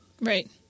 Right